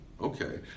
Okay